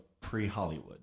pre-Hollywood